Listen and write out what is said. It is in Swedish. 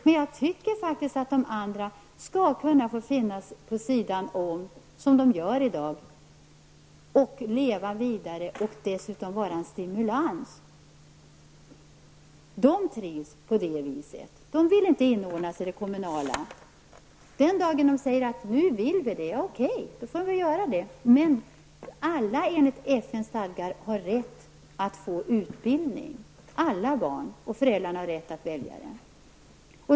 Men jag tycker att de fristående skolorna såsom i dag bör få finnas vid sidan av det vanliga skolväsendet, skall leva vidare och vara en stimulans. De vill ha det som i dag, och de vill inte inordnas i det kommunala skolväsendet. Den dag som de säger att de vill göra det -- ja, okej, då får de väl göra det. Alla barn har rätt enligt FNs stadgar att få utbildning. Föräldrarna har rätt att välja den.